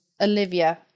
Olivia